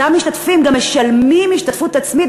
אותם משתתפים גם משלמים השתתפות עצמית,